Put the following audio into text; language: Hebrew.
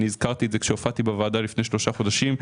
הזכרתי את זה כשהופעתי בוועדה לפני שלושה חודשים,